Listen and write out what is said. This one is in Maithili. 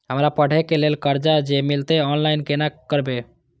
हमरा पढ़े के लेल कर्जा जे मिलते ऑनलाइन केना करबे?